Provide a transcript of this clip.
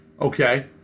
Okay